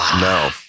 No